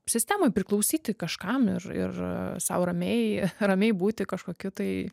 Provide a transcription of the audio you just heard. sistemoj priklausyti kažkam ir ir sau ramiai ramiai būti kažkokiu tai